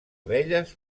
abelles